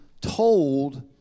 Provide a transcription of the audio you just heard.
told